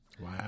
Wow